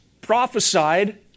prophesied